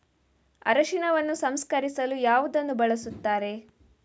ಅರಿಶಿನವನ್ನು ಸಂಸ್ಕರಿಸಲು ಯಾವುದನ್ನು ಬಳಸುತ್ತಾರೆ?